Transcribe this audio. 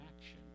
action